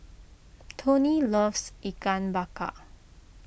Toni loves Ikan Bakar